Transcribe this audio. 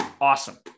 Awesome